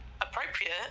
appropriate